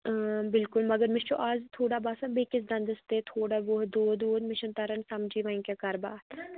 بِلکُل مگر مےٚ چھُ اَز تھوڑا باسان بیٚیِس دَنٛدس تہِ تھوڑا بہت دود وود مےٚ چھُنہٕ تران سَمجٕے وۅنۍ کیٛاہ کَرٕ بہٕ اَتھ